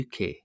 uk